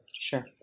Sure